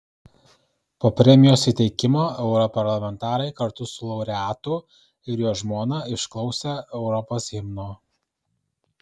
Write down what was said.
po premijos įteikimo europarlamentarai kartu su laureatu ir jo žmona išklausė europos himno